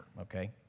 okay